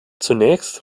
zunächst